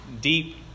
deep